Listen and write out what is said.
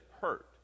hurt